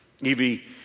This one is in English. evie